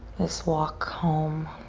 this walk home.